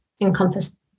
encompass